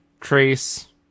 Trace